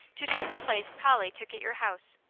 to take the place polly took at your house,